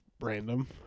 random